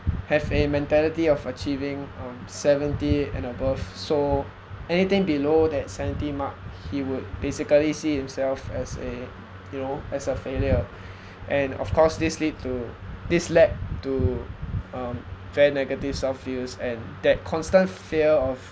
have a mentality of achieving um seventy and above so anything below that seventy mark he would basically see himself as a you know as a failure and of course this lead to this led to um very negative self views and that constant fear of